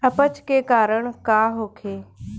अपच के कारण का होखे?